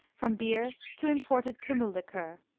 from beer to imported kummel liqueur.